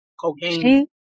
Cocaine